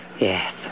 Yes